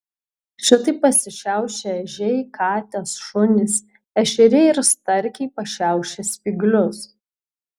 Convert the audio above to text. šitaip pasišiaušia ežiai katės šunys ešeriai ir starkiai pašiaušia spyglius